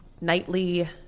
nightly